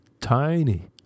tiny